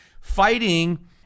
Fighting